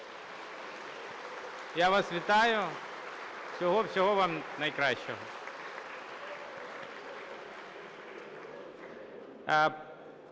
Я вас вітаю. Всього-всього вам найкращого.